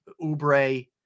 Ubre